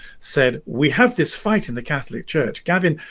said we have this fight in the catholic church gavin,